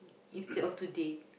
instead of today